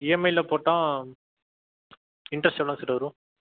இஎம்ஐயில போட்டால் இன்ட்ரெஸ்ட் எவ்வளோங்க சார் வரும்